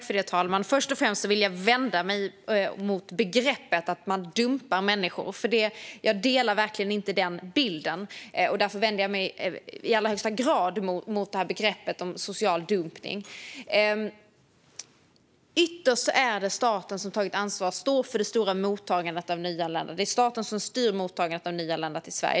Herr talman! Först och främst vänder jag mig mot begreppet att man dumpar människor, för jag delar verkligen inte den bilden. Därför vänder jag mig i allra högsta grad mot begreppet social dumpning. Ytterst är det staten som tagit ansvar och stått för det stora mottagandet av nyanlända. Det är staten som styr mottagandet av nyanlända i Sverige.